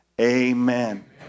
amen